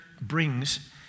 brings